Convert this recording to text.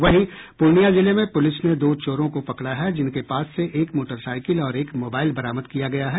पूर्णिया जिले में पुलिस ने दो चोरों को पकड़ा है जिनके पास से एक मोटरसाइकिल और एक मोबाइल बरामद किया गया है